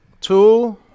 two